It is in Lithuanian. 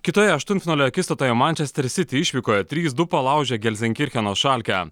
kitoje aštuntfinalio akistatoje mančester siti išvykoje trys du palaužė gelsinkircheno šalke